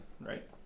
right